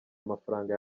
amafaranga